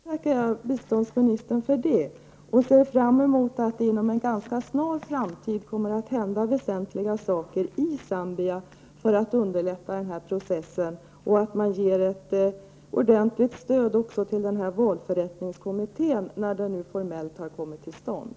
Herr talman! Jag tackar biståndsministern för detta. Jag ser fram emot att det inom en ganska snar framtid kommer att hända väsentliga saker i Zambia för att underlätta den här processen och att det ges ett ordentligt stöd även till denna valförrättningskommitté när den nu formellt har kommit till stånd.